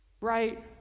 right